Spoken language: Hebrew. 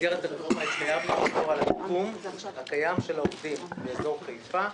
במסגרת הרפורמה התחייבנו לשמור על המיקום הקיים של העובדים באזור חיפה.